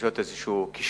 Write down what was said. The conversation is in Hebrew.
בעקבות איזשהו כישלון.